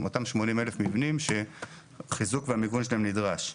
אותם 80,000 מבנים שהחיזוק והמיגון שלהם נדרש.